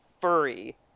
furry